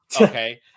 Okay